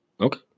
Okay